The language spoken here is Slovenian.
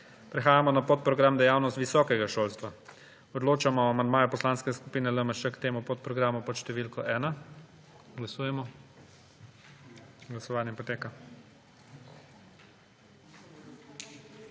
Prehajamo na podprogram Dejavnost visokega šolstva. Odločamo o amandmaju Poslanske skupine LMŠ k temu podprogramu pod številko 1. Glasujemo. Prekinjam.